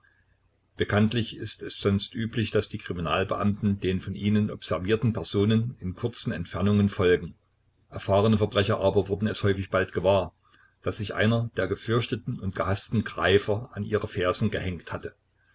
bekanntlich ist es sonst üblich daß die kriminalbeamten den von ihnen observierten personen in kurzen entfernungen folgen erfahrene verbrecher aber wurden es häufig bald gewahr daß sich einer der gefürchteten und gehaßten greifer an ihre fersen gehängt hatte